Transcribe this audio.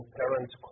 parents